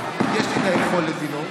יש לי את היכולת לנאום,